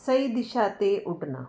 ਸਹੀ ਦਿਸ਼ਾ 'ਤੇ ਉੱਡਣਾ